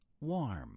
Warm